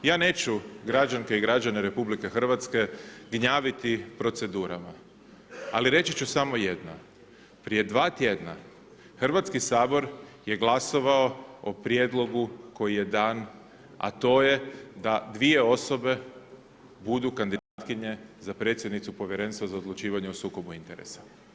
Ja neću građanke i građane RH gnjaviti procedurama, ali reći ću samo jedno, prije dva tjedna Hrvatski sabor je glasovao o prijedlogu koji je dan, a to je da dvije osobe budu kandidatkinje za predsjednicu Povjerenstva za odlučivanje o sukobu interesa.